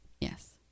Yes